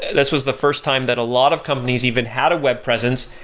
this was the first time that a lot of companies even had a web presence.